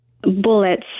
bullets